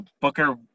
Booker